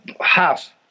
half